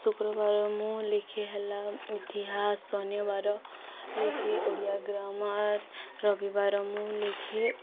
ଶୁକ୍ରବାର ମୁଁ ଲେଖେ ହେଲା ଇତିହାସ ଶନିବାର ଲେଖେ ଓଡ଼ିଆ ଗ୍ରାମାର ରବିବାର ମୁଁ ଲେଖେ